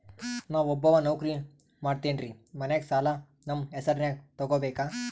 ನಾ ಒಬ್ಬವ ನೌಕ್ರಿ ಮಾಡತೆನ್ರಿ ಮನ್ಯಗ ಸಾಲಾ ನಮ್ ಹೆಸ್ರನ್ಯಾಗ ತೊಗೊಬೇಕ?